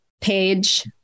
page